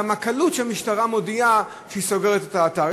הקלות שבה המשטרה מודיעה שהיא סוגרת את האתר.